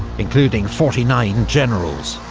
including forty nine generals